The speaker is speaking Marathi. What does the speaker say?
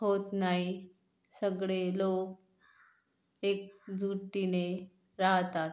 होत नाही सगळे लोक एकजुटीने राहतात